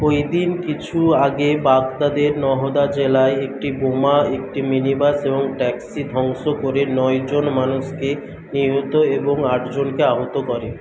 ওইদিনই কিছু আগে বাগদাদের নাহদা জেলায় একটি বোমা একটি মিনি বাস এবং ট্যাক্সি ধ্বংস করে নয়জন মানুষকে নিহত এবং আটজনকে আহত করে